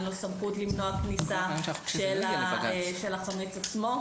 אין לו סמכות למנוע כניסה של החמץ עצמו.